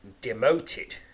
demoted